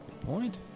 Point